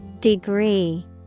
Degree